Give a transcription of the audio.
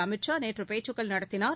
அமித் ஷா நேற்றபேச்சுக்கள் நடத்தினார்